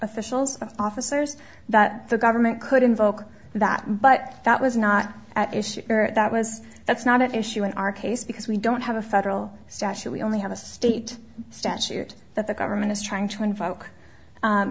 officials officers that the government could invoke that but that was not at issue that was that's not at issue in our case because we don't have a federal statute we only have a state statute that the government is trying to in